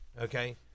Okay